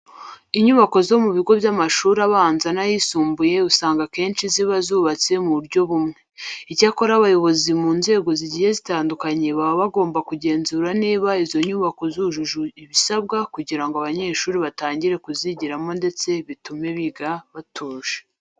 Inyubako zo mu bigo by'amashuri abanza n'ayisumbuye usanga akenshi ziba zubatse mu buryo bumwe. Icyakora abayobozi mu nzego zigiye zitandukanye baba bagomba kugenzura niba izo nyubako zujuje ibisabwa kugira ngo abanyeshuri batangire kuzigiramo ndetse bitume biga batuje.